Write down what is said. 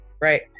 right